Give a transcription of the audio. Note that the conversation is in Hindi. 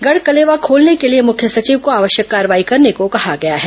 गढ़ कलेवा खोलने के लिए मुख्य सचिव को आवश्यक कार्रवाई ैकरने को कहा गया है